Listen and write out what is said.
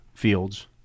fields